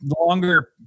longer